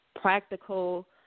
practical